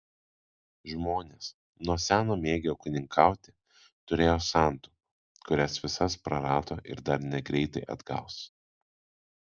žmonės nuo seno mėgę ūkininkauti turėjo santaupų kurias visas prarado ir dar negreitai atgaus